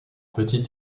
petit